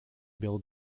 bill